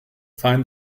find